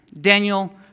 Daniel